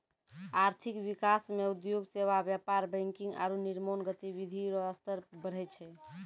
आर्थिक विकास मे उद्योग सेवा व्यापार बैंकिंग आरू निर्माण गतिविधि रो स्तर बढ़ै छै